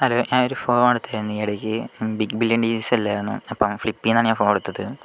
hello ഞാനൊരു ഫോണെടുത്തു ഈ ഇടയ്ക്ക് ബിഗ് മില്ല്യൻ ഡേസല്ലായിരുന്നോ അപ്പോൾ ഫ്ലിപ്പിന്നാണ് ഞാൻ ഫോണെടുത്തത്